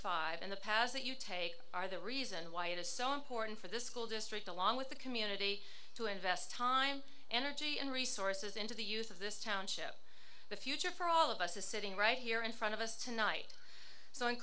five in the past that you take are the reason why it is so important for this school district along with the community to invest time energy and resources into the use of this township the future for all of us is sitting right here in front of us tonight so in